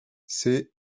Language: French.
c’est